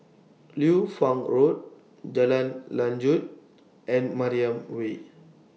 Liu Fang Road Jalan Lanjut and Mariam Way